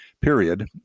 period